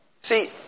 See